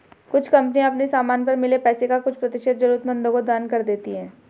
कुछ कंपनियां अपने समान पर मिले पैसे का कुछ प्रतिशत जरूरतमंदों को दान कर देती हैं